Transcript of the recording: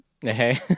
Hey